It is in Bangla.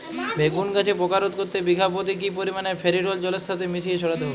বেগুন গাছে পোকা রোধ করতে বিঘা পতি কি পরিমাণে ফেরিডোল জলের সাথে মিশিয়ে ছড়াতে হবে?